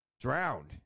drowned